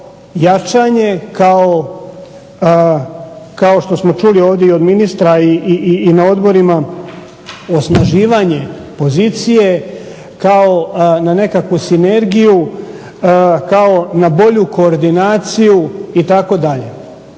jačanje, kao što smo čuli ovdje i od ministra i na odborima osnaživanje pozicije, kao na nekakvu sinergiju, kao na bolju koordinaciju itd.